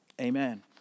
amen